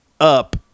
up